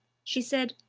she said,